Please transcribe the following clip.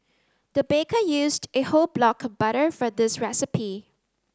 the baker used a whole block of butter for this recipe